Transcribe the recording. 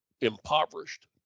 impoverished